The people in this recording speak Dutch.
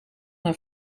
haar